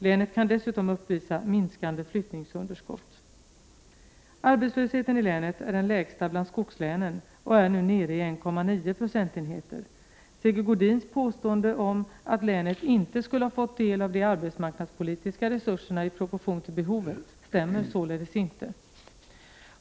Länet kan dessutom uppvisa minskande flyttningsunderskott. Arbetslösheten i länet är den lägsta bland skogslänen och är nu nere i 1,9 procentenheter. Sigge Godins påstående att länet inte skulle ha fått del av de arbetsmarknadspolitiska resurserna i proportion till behovet, stämmer således inte.